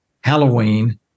Halloween